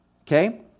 okay